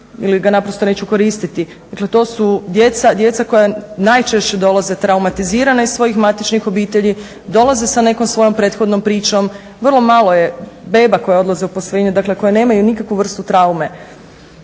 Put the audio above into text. ili ga naprosto neću koristiti. Dakle, to su djeca, djeca koja najčešće dolaze traumatizirana iz svojih matičnih obitelji, dolaze sa nekom svojom prethodnom pričom. Vrlo malo je beba koje odlaze u posvojenje, dakle koje nemaju nikakvu vrstu traume.